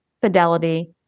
fidelity